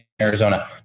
Arizona